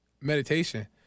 Meditation